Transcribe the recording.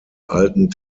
alten